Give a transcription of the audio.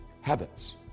Habits